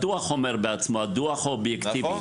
הדו"ח אומר בעצמו; הדו"ח הוא אובייקטיבי